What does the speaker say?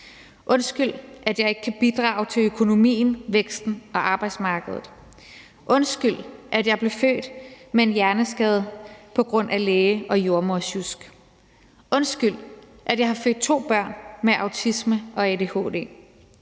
undskyld, at jeg ikke kan bidrage til økonomien, væksten og arbejdsmarkedet; undskyld, at jeg blev født med en hjerneskade på grund af læge- og jordemodersjusk; undskyld, at jeg har født to børn med autisme og adhd;